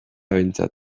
behintzat